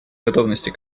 готовности